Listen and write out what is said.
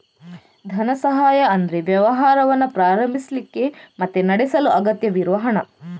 ಧನ ಸಹಾಯ ಅಂದ್ರೆ ವ್ಯವಹಾರವನ್ನ ಪ್ರಾರಂಭಿಸ್ಲಿಕ್ಕೆ ಮತ್ತೆ ನಡೆಸಲು ಅಗತ್ಯವಿರುವ ಹಣ